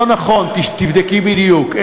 זה לא נכון, תבדקי בדיוק.